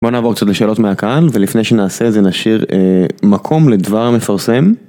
בוא נעבור קצת לשאלות מהקהל ולפני שנעשה את זה נשאיר, אה, מקום לדבר המפרסם.